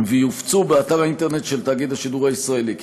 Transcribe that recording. ויופצו באתר האינטרנט של תאגיד השידור הישראלי.